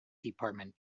department